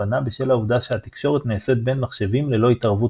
הצפנה בשל העובדה שהתקשורת נעשית בין מחשבים ללא התערבות